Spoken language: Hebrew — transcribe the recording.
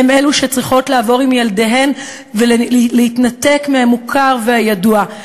הן אלה שצריכות לעבור עם ילדיהן ולהתנתק מהמוכר והידוע,